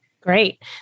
Great